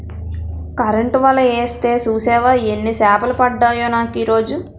Current వల యేస్తే సూసేవా యెన్ని సేపలు పడ్డాయో నాకీరోజు?